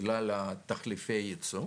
בגלל תחליפי יצוא.